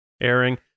airing